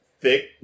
Thick